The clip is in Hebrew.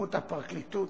מנציגות הפרקליטות